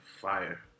fire